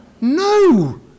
No